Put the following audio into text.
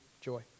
joy